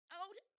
out